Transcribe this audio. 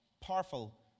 powerful